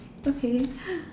okay